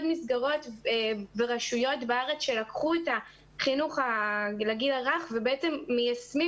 מסגרות ברשויות בארץ שלקחו את החינוך לגיל הרך ומיישמים